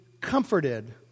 comforted